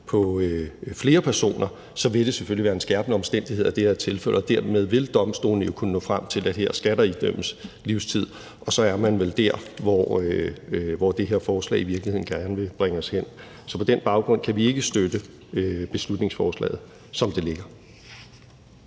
på flere personer, være en skærpende omstændighed. Dermed vil domstolene kunne nå frem til, at der skal idømmes livstid. Og så er man vel der, hvor det her forslag i virkeligheden gerne vil bringe os hen. Så på den baggrund kan vi ikke støtte beslutningsforslaget, som det ligger.